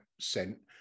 sent